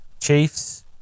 Chiefs